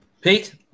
Pete